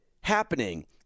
happening